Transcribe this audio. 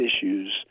issues